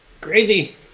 Crazy